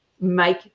make